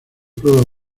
pruebas